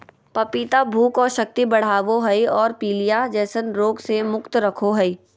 पपीता भूख और शक्ति बढ़ाबो हइ और पीलिया जैसन रोग से मुक्त रखो हइ